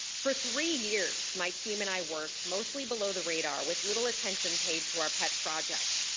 for three years, my team and i worked mostly below the radar with little attention paid to our pet project.